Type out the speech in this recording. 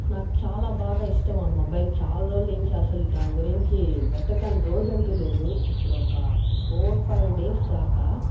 నాకు చాలా బాగా ఇష్టం ఆ మొబైల్ చాలా రోజులనుంచి అసలు దాని గురించి వెతుకని రోజంటూ లేదు ఇప్పుడు ఒక ఫోర్ ఫైవ్ డేస్ దాకా